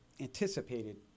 anticipated